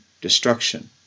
destruction